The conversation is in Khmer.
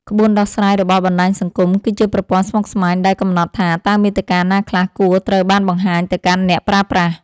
ក្បួនដោះស្រាយរបស់បណ្ដាញសង្គម គឺជាប្រព័ន្ធស្មុគស្មាញដែលកំណត់ថា តើមាតិកាណាខ្លះគួរត្រូវបានបង្ហាញទៅកាន់អ្នកប្រើប្រាស់។